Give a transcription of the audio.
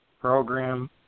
Program